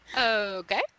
Okay